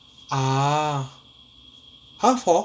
ah